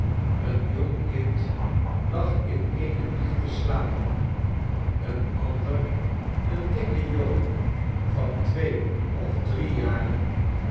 een jong kind lag in eene wieg te slapen een ander een dikke jongen van twee of drie jaren